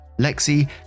Lexi